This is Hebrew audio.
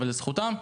אבל לזכותם,